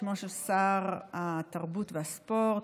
בשמו של שר התרבות והספורט,